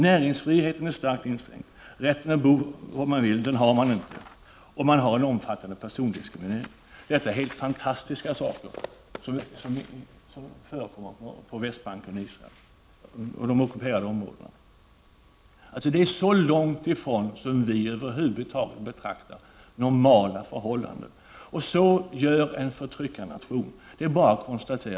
Näringsfriheten är starkt inskränkt. Man har inte rätt att bo var man vill. Dessutom förekommer en omfattande persondiskriminering. Dessa helt fantastiska saker förekommer på Västbanken, i Israel och i de ockuperade områdena. Det är alltså så långt som man över huvud taget kan komma från det som vi betraktar som normala förhållanden. Så gör en förtryckarnation. Det är bara att konstatera detta.